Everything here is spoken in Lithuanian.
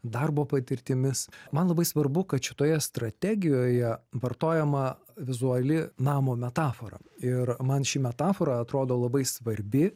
darbo patirtimis man labai svarbu kad šitoje strategijoje vartojama vizuali namo metafora ir man ši metafora atrodo labai svarbi